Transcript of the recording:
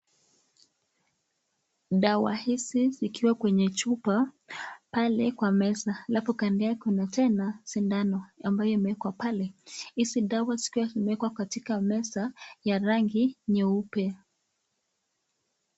Dawa hizi zikiwa kwenye chupa pale kwa meza alafu kando yake kuna tena sindano ambaye imewekwa pale. Hizi dawa zikiwa zimewekwa katika meza ya rangi nyeupe.